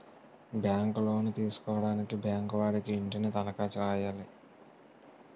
ఇంటిలోను తీసుకోవడానికి బ్యాంకు వాడికి ఇంటిని తనఖా రాయాలి